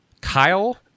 Kyle